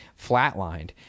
flatlined